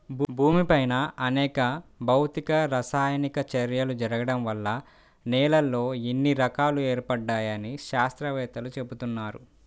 భూమిపైన అనేక భౌతిక, రసాయనిక చర్యలు జరగడం వల్ల నేలల్లో ఇన్ని రకాలు ఏర్పడ్డాయని శాత్రవేత్తలు చెబుతున్నారు